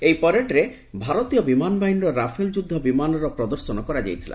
ଏହି ପ୍ୟାରେଡ୍ରେ ଭାରତୀୟ ବିମାନ ବାହିନୀର ରାଫେଲ୍ ଯୁଦ୍ଧ ବିମାନର ପ୍ରଦର୍ଶନ କରାଯାଇଥିଲା